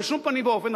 בשום פנים ואופן,